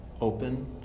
open